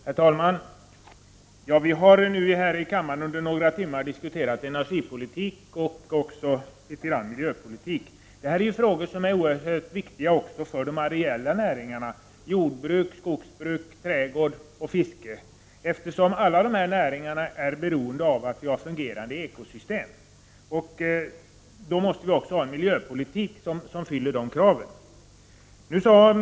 Herr talman! Vi har nu här i kammaren under några timmar diskuterat energipolitik och litet grand om miljöpolitik. Det är frågor som är oerhört viktiga också för de areella näringarna, jordbruk, skogsbruk, trädgård och fiske, eftersom alla dessa näringar är beroende av att vi har fungerande ekosystem. Vi måste ha en miljöpolitik som uppfyller de kraven.